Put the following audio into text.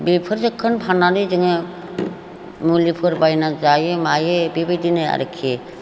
बेफोरखौनो फाननानै जोङो मुलिफोर बायनानै जायो मायो बेबायदिनो आरोखि